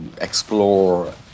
explore